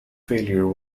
failure